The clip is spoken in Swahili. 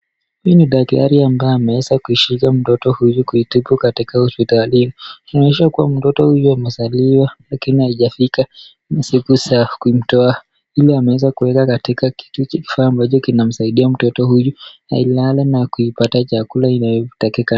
Hii ni daktari ambaye ameweza kuishika mtoto huyu ambaye inaonyesha kuwa mtoto huyu amezaliwa lakini haijafika siku za kumtoa huyu alieza kuweka katika kifaa inamsaidia alale na kupata chakula inavyotakikana.